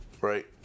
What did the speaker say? right